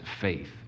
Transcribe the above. faith